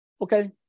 okay